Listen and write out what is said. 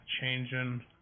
Changing